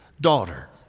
daughter